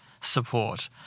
support